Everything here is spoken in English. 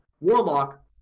warlock